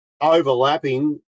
overlapping